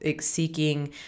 seeking